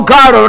God